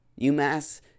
UMass